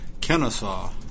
Kennesaw